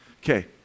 Okay